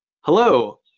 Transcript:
Hello